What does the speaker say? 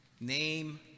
Name